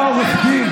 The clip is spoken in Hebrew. אתה עורך דין.